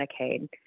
Medicaid